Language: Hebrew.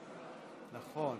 במליאה.